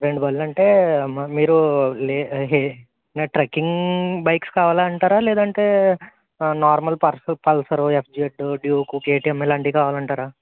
రెండు బళ్ళంటే మ మీరు లే హె ట్రెక్కింగ్ బైక్స్ కావాలి అంటరా లేదంటే నార్మల్ పర్సు పల్సరు ఎఫ్జెడ్డు డ్యూక్ కేటిఎం ఇలాంటివి కావాలంటారా